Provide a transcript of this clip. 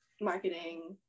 marketing